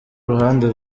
uruhande